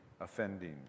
offending